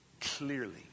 clearly